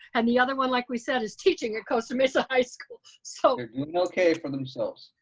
and the other one, like we said, is teaching at costa mesa high school, so. they're doing okay for themselves.